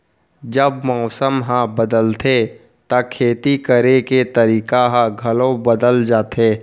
जब मौसम ह बदलथे त खेती करे के तरीका ह घलो बदल जथे?